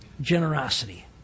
Generosity